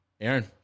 Aaron